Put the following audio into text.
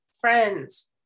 friends